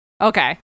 Okay